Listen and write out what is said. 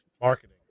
Marketing